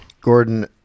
Gordon